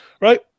Right